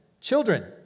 Children